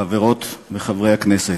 חברות וחברי הכנסת,